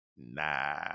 nah